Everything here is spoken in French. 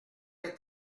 est